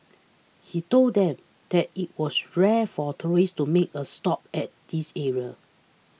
he told them that it was rare for tourists to make a stop at this area